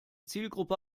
zielgruppe